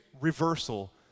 reversal